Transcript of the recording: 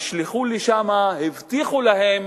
הם נשלחו לשם, הבטיחו להם